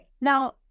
Now-